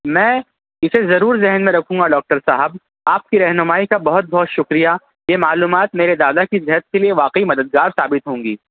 میں اسے ضرور ذہن میں رکھوں گا ڈاکٹر صاحب آپ کی رہنمائی کا بہت بہت شکریہ یہ معلومات میرے دادا کی صحت کے لیے واقعی مددگار ثابت ہوں گی